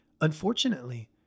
Unfortunately